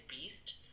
beast